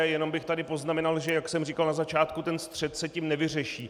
Jenom bych tady poznamenal, že jak jsem říkal na začátku, střet se tím nevyřeší.